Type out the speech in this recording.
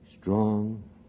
strong